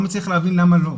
לא מצליח להבין למה לא.